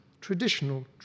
traditional